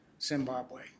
Zimbabwe